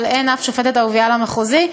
אבל אין אף שופטת ערבייה למחוזי,